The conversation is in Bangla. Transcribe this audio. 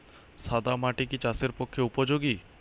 সাদা মাটি কি চাষের পক্ষে উপযোগী?